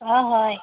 অঁ হয়